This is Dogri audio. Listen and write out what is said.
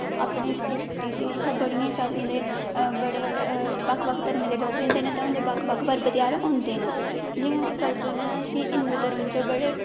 अपनी डिस्ट्रिक्ट दे इत्थें बड़ियें चाल्लीं दे बड़े बक्ख बक्ख धर्में दे लोग रैंह्दे न ताहीं उंदे बक्ख बक्ख पर्व ध्यार होंदे न जि'यां कि गल्ल करने आं अस हिन्दु धर्म च बड़े